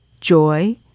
joy